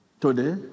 Today